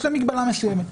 יש לה מגבלה מסוימת.